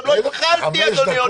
עוד לא התחלתי, אדוני.